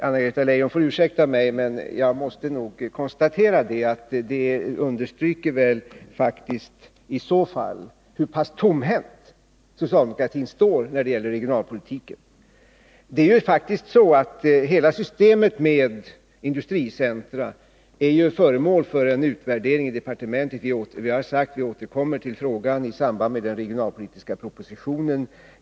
Anna-Greta Leijon får ursäkta mig, men jag måste nog ändå konstatera att det i så fall understryker hur pass tomhänt socialdemokratin faktiskt är när det gäller regionalpolitiken. Hela systemet med industricentra är ju föremål för en utvärdering i departementet, och vi har sagt att vi återkommer till frågan i samband med den regionalpolitiska propositionen.